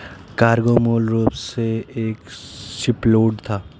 cargo मूल रूप से एक शिपलोड था